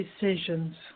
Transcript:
decisions